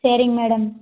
சரிங் மேடம்